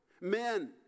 Men